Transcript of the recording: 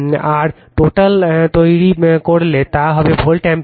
আর total তৈরি করলে তা হবে ভোল্ট অ্যাম্পিয়ার